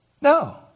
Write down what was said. No